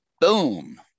boom